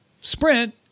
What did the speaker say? Sprint